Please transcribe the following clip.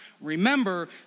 Remember